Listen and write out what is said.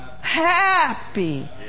happy